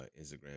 Instagram